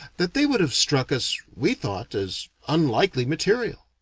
that they would have struck us, we thought, as unlikely material.